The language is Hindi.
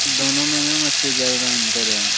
दोनों में मेम अस्सी हजार का अंतर है